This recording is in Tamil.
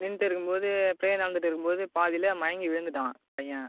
நின்றுட்டு இருக்கும் போது ப்ரேயர் நடந்துகிட்ருக்கும் போது பாதியில மயங்கி விழுந்துட்டான் பையன்